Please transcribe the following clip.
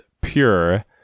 pure